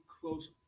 close